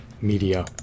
media